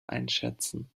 einschätzen